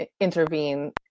intervene